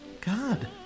God